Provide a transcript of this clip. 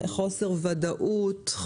חוסר וודאות,